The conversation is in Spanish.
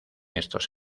estos